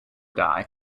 die